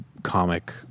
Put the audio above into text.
comic